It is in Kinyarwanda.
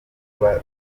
tuba